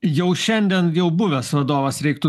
jau šiandien jau buvęs vadovas reiktų